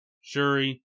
Shuri